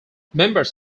members